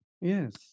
yes